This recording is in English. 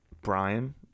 Brian